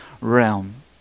realm